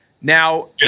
Now